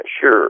sure